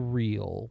real